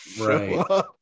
right